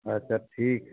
अच्छा ठीक